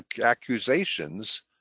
accusations